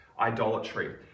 Idolatry